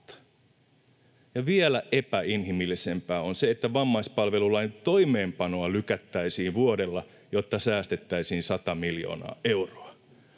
Ja vielä epäinhimillisempää on se, että vammaispalvelulain toimeenpanoa lykättäisiin vuodella, jotta säästettäisiin 100 miljoonaa euroa.